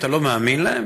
אתה לא מאמין להם?